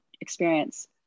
experience